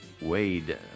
Wade